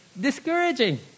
Discouraging